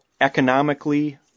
economically